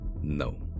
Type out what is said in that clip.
No